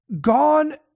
gone